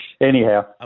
Anyhow